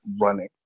running